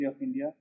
India